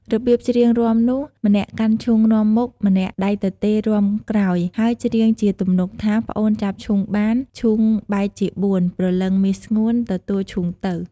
របៀបច្រៀងរាំនោះ ម្នាក់កាន់ឈូងនាំមុខ ម្នាក់ដៃទទេរាំក្រោយ ហើយច្រៀងជាទំនុកថា « ប្អូនចាប់ឈូងបាន ឈូងបែកជាបួន ព្រលឹងមាសស្ងួន ទទួលឈូងទៅ»។